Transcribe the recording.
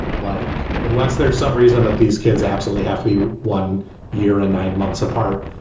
like unless there's some reason that these kids absolutely have to you one year and nine months apart.